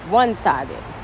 one-sided